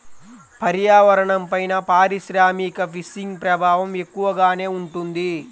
పర్యావరణంపైన పారిశ్రామిక ఫిషింగ్ ప్రభావం ఎక్కువగానే ఉంటుంది